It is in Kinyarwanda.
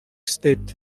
state